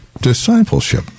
discipleship